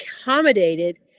accommodated